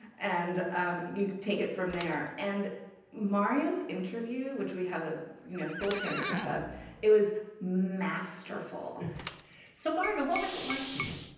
and um you take it from there. and mario's interview which we have the you know full transcript of it was masterful so mario, what was it like for you?